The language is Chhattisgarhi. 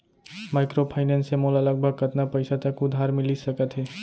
माइक्रोफाइनेंस से मोला लगभग कतना पइसा तक उधार मिलिस सकत हे?